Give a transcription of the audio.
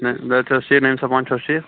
باقٕے چھُ حظ ٹھیٖک نعیم صٲب پانہٕ چھُوحظ ٹھیٖک